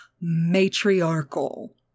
matriarchal